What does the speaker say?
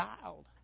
child